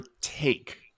take